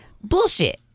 Bullshit